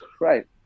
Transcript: Right